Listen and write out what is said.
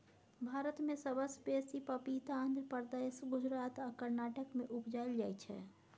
भारत मे सबसँ बेसी पपीता आंध्र प्रदेश, गुजरात आ कर्नाटक मे उपजाएल जाइ छै